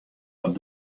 wat